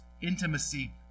intimacy